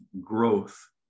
growth